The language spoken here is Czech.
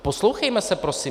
Poslouchejme se prosím!